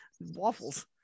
waffles